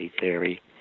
theory